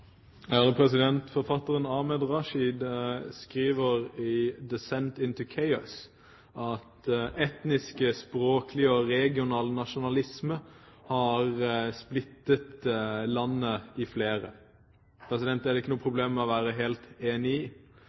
Forfatteren Ahmed Rashid skriver i «Descent into Chaos» at etnisk, språklig og regional nasjonalisme har splittet landet i flere. Det er det ikke noe problem å være helt enig i.